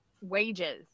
wages